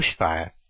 bushfire